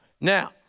Now